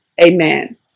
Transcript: Amen